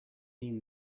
been